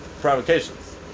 provocations